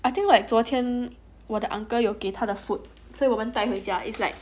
I think like 昨天我的 uncle 有给他的 food 所以我们带回家 is like